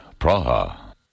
Praha